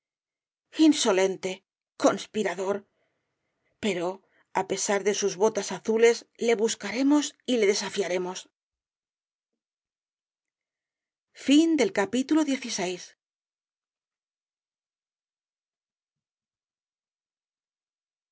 insolente conspirador pero á pesar de sus botas azules le buscaremos y le desafiaremos